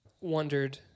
wondered